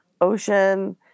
ocean